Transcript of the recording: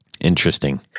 interesting